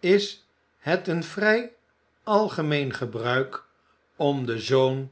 is het een vrij algemeen gebruik om den zoon